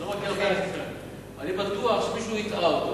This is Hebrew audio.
אני לא, אני בטוח שמישהו הטעה אותו